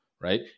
right